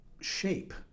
shape